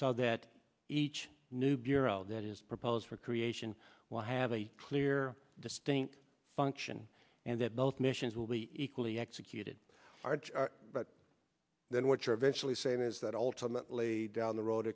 so that each new bureau that is proposed for creation will have a clear distinct function and that both missions will be equally executed but then what you're eventually saying is that ultimately down the road